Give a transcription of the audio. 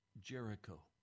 Jericho